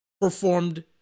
performed